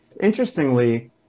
Interestingly